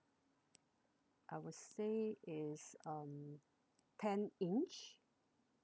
I would say is um ten inch